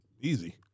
Easy